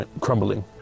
crumbling